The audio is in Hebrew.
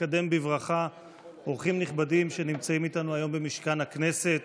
לקדם בברכה אורחים נכבדים שנמצאים איתנו היום במשכן הכנסת